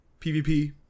PvP